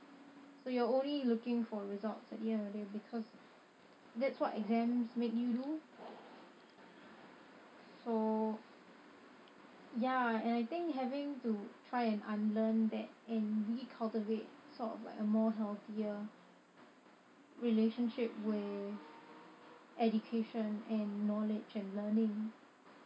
so you're only looking for results at the end of the day because that's what exams make you do so ya and I think having to try and unlearn that and re-cultivate sort of like a more healthier relationship with education and knowledge and learning